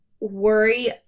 worry